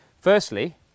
Firstly